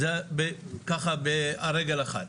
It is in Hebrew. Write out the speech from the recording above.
זה על רגל אחת.